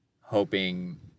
hoping